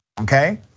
okay